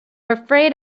afraid